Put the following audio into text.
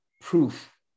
proof